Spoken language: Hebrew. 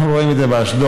אנחנו רואים את זה באשדוד.